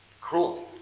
Cruelty